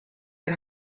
get